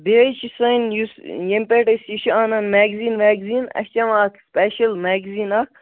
بییٛہِ حظ چھِ سٲنۍ یُس ییٚمہِ پیٹھ أسۍ یہِ چھِ انان میگزیٖن ویگزیٖن اَسہِ چھِ یِوان اتھ سُپیٚشل میگزیٖن اکھ